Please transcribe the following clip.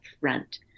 front